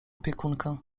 opiekunkę